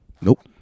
nope